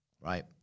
right